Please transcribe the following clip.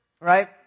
right